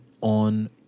on